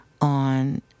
on